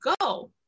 go